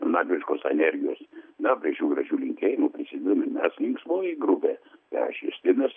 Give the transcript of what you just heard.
magiškos energijos na prie šių gražių linkėjimų prisidedam ir mes linksmoji grupė tai aš justinas